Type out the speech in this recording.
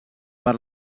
per